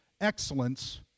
excellence